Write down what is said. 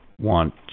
want